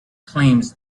claims